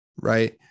right